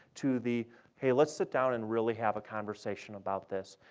to the hey, let's sit down and really have a conversation about this.